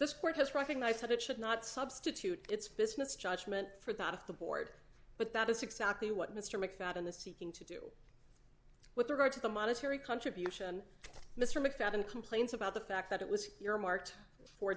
has recognized that it should not substitute its business judgment for that of the board but that is exactly what mr mcfadden the seeking to do with regard to the monetary contribution mr mcfadden complains about the fact that it was your marked for